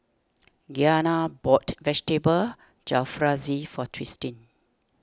Gianna bought Vegetable Jalfrezi for Tristin